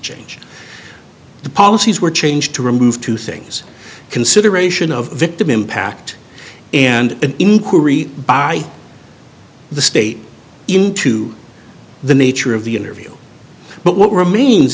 change the policies were changed to remove two things consideration of victim impact and an inquiry by the state into the nature of the interview but what remains